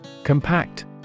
Compact